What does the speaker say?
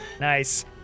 Nice